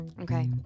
Okay